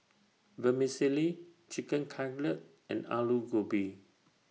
Vermicelli Chicken Cutlet and Alu Gobi